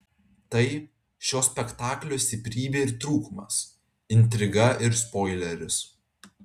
tai šio spektaklio stiprybė ir trūkumas intriga ir spoileris